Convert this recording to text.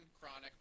chronic